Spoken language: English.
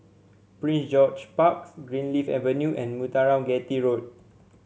Prince George Parks Greenleaf Avenue and Muthuraman Chetty Road